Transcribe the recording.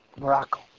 Morocco